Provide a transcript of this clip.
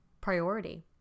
priority